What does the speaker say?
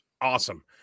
awesome